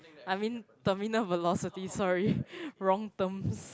I mean terminal velocity sorry wrong terms